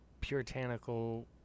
puritanical